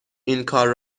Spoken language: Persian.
اینکار